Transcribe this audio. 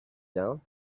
down